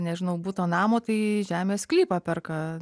nežinau buto namo tai žemės sklypą perka